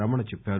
రమణ చెప్పారు